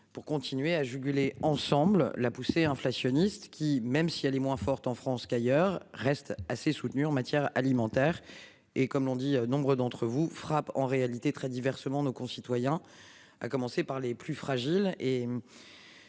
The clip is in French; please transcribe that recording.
Pour continuer à juguler ensemble la poussée inflationniste qui même si elle est moins forte en France qu'ailleurs reste assez soutenue en matière alimentaire. Et comme l'on dit. Nombre d'entre vous frappe en réalité très diversement nos concitoyens à commencer par les plus fragiles